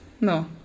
No